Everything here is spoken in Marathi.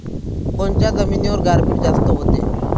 कोनच्या जमिनीवर गारपीट जास्त व्हते?